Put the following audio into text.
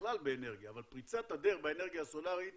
ובכלל באנרגיה, אבל פריצת הדרך באנרגיה הסולרית